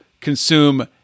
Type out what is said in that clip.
consume